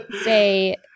say